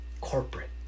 corporate